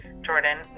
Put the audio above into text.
Jordan